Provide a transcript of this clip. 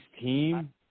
team